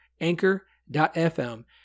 anchor.fm